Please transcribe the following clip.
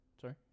sorry